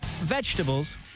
Vegetables